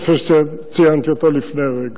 כפי שציינתי אותו לפני רגע.